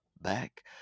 back